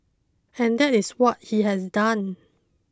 and that is what he has done